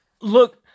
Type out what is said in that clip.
look